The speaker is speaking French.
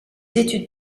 études